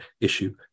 issue